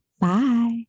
Bye